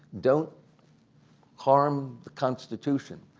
don't harm the constitution.